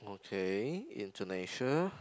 okay Indonesia